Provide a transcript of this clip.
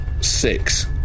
Six